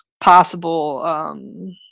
possible